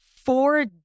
four